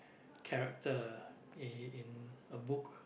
character in in a book